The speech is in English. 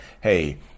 hey